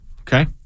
Okay